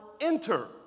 enter